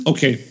Okay